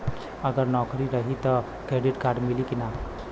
अगर नौकरीन रही त क्रेडिट कार्ड मिली कि ना?